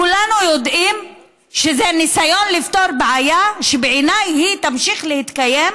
כולנו יודעים שזה ניסיון לפתור בעיה שבעיניי תמשיך להתקיים,